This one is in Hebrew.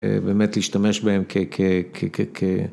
באמת להשתמש בהם כ...